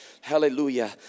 Hallelujah